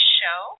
show